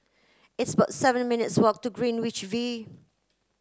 it's about seven minutes' walk to Greenwich V